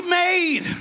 made